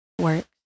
work